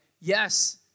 yes